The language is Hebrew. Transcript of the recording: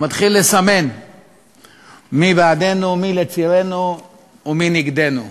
הוא מתחיל לסמן מי בעדנו, מי לצדנו ומי נגדנו.